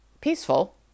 peaceful